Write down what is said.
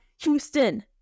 Houston